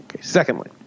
Secondly